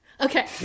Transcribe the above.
Okay